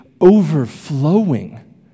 overflowing